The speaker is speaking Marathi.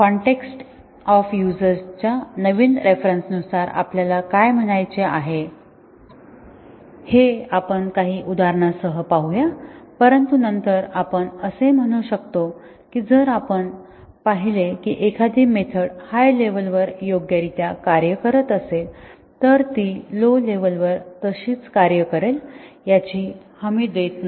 कन्टेक्सट ऑफ युसेजच्या नवीन रेफरन्स नुसार आपल्याला काय म्हणायचे आहे हे आपण काही उदाहरणांसह पाहूया परंतु नंतर आपण असे म्हणू शकतो की जर आपण पाहिले की एखादी मेथड हाय लेव्हल वर योग्यरित्या कार्य करत असेल तर ती लो लेव्हल वर तशीच कार्य करेल याची हमी देत नाही